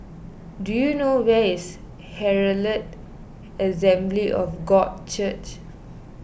do you know where is Herald Assembly of God Church